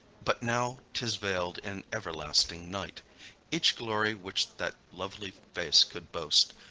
but now tis veil'd in everlasting night each glory which that lovely face could boast,